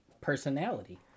personality